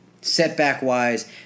setback-wise